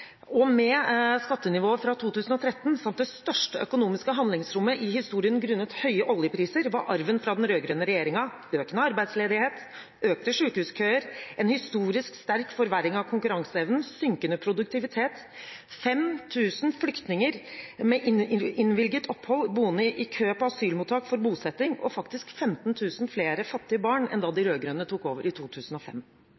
og med skattenivået fra 2013 samt det største økonomiske handlingsrommet i historien grunnet høye oljepriser, var arven fra den rød-grønne regjeringen økende arbeidsledighet, økte sykehuskøer, en historisk sterk forverring av konkurranseevnen, synkende produktivitet, 5 000 flyktninger med innvilget opphold boende i kø på asylmottak for bosetting og faktisk 15 000 flere fattige barn enn da de rød-grønne tok over i 2005.